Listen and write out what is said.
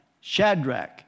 Shadrach